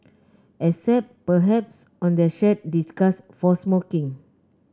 except perhaps on their shared disgust for smoking